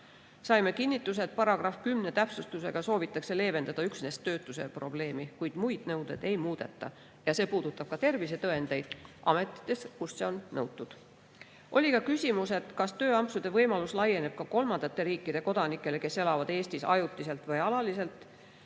Saime kinnituse, et § 10 täpsustusega soovitakse leevendada üksnes töötuse probleemi, kuid muid nõudeid ei muudeta. See puudutab ka tervisetõendeid ametites, kus see on nõutud. Oli ka küsimus, kas tööampsude võimalus laieneb kolmandate riikide kodanikele, kes elavad Eestis ajutiselt või alaliselt.